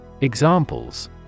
Examples